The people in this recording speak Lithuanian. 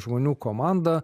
žmonių komandą